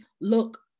look